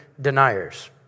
deniers